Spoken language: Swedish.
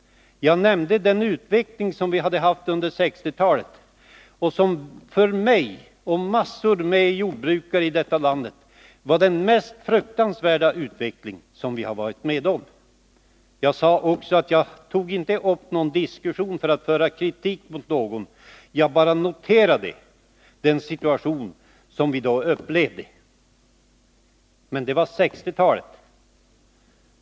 Jag talade om den utveckling som vi hade haft under 1960-talet och som för mig och massor av andra jordbrukare i detta land var den mest fruktansvärda utveckling som vi har varit med om. Jag sade också att jag inte tog upp någon diskussion för att framföra kritik mot någon — jag bara noterade den situation som vi då upplevde. Men det gällde 1960-talet.